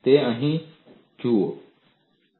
તે તમે અહીં જુઓ છો